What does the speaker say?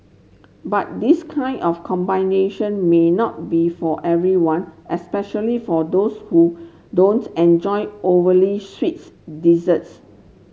but this kind of combination may not be for everyone especially for those who don't enjoy overly sweets desserts